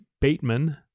Bateman